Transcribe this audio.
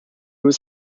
was